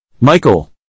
Michael